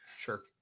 Sure